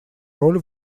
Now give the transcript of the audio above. роль